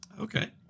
Okay